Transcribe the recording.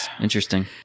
interesting